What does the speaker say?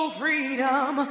freedom